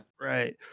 Right